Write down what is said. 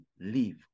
leave